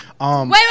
wait